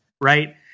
right